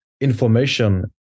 information